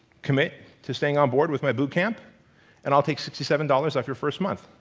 commit to staying on board with my boot camp and i'll take sixty seven dollars off your first month,